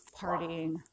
partying